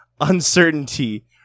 Uncertainty